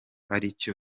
aricyo